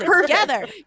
together